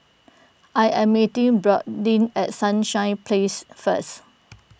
I am meeting Bradyn at Sunshine Place first